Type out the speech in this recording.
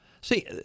see